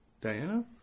Diana